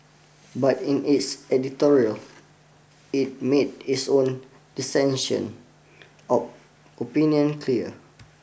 but in its editorial it made its own dissention opinion clear